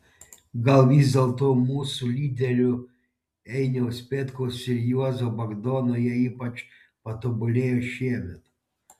gal vis dėlto mūsų lyderių einiaus petkaus ir juozo bagdono jie ypač patobulėjo šiemet